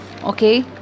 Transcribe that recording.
okay